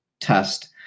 test